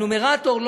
הנומרטור,